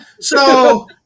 so-